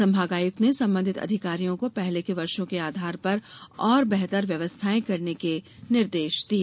संभाग आयुक्त ने संबंधित अधिकारियों को पहले के वर्षों के आधार पर और बेहतर व्यवस्थाएं करने के निर्देश दिए